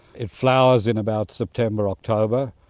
it flowers in about september october,